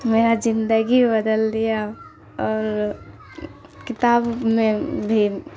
میرا زندگی بدل دیا اور کتاب میں بھی